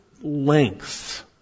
lengths